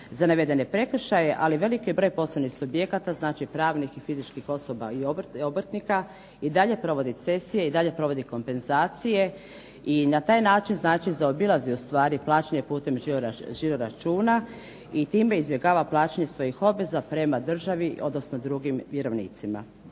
za navedene prekršaje. Ali veliki broj poslovnih subjekata, znači pravnih i fizičkih osoba i obrtnika i dalje provodi cesije, i dalje provodi kompenzacije i na taj način znači zaobilazi u stvari plaćanje putem žiro računa i time izbjegava plaćanje svojih obveza prema državi, odnosno drugim vjerovnicima.